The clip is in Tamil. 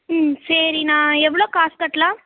ம் சரி நான் எவ்வளோ காசு கட்டலாம்